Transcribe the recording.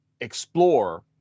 explore